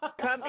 Come